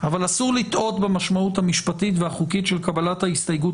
אבל אסור לטעות במשמעות המשפטית והחוקית של קבלת ההסתייגות,